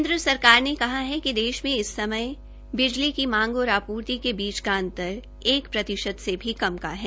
केन्द्र सरकार ने कहा है कि देश में इस समय बिजली की मांग और आपूर्ति के बीच का अंतर एक प्रतिशत से भी कम है